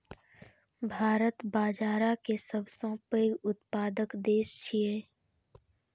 भारत बाजारा के सबसं पैघ उत्पादक देश छियै